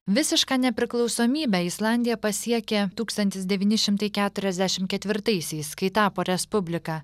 visišką nepriklausomybę islandija pasiekė tūkstantis devyni šimtai keturiasdešimt ketvirtaisiais kai tapo respublika